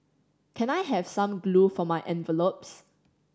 can I have some glue for my envelopes